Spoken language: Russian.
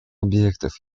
объектов